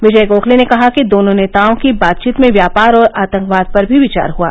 विजय गोखले ने कहा कि दोनों नेताओं की बातचीत में व्यापार और आतंकवाद पर भी विचार हुआ